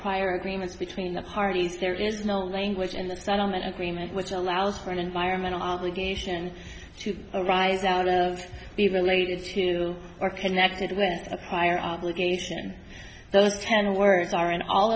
prior agreements between the parties there is no language in the settlement agreement which allows for an environmental obligation to arise out of those be related to or connected to a prior obligation those ten words are in all